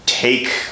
Take